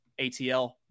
ATL